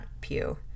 pew